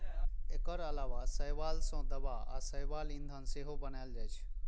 एकर अलावा शैवाल सं दवा आ शैवाल ईंधन सेहो बनाएल जाइ छै